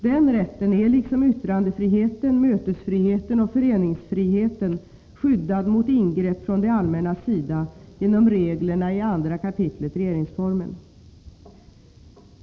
Den rätten är liksom yttrandefriheten, mötesfriheten och föreningsfriheten skyddad mot ingrepp från det allmännas sida genom reglerna i 2 kap. regeringsformen.